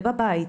ובבית.